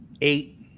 eight